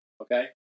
okay